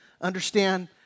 understand